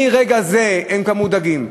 מרגע זה הם כבר מודאגים.